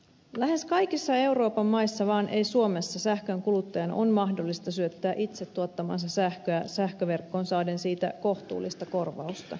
lähes kaikissa euroopan maissa vaan ei suomessa sähkön kuluttajan on mahdollista syöttää itse tuottamaansa sähköä sähköverkkoon saaden siitä kohtuullista korvausta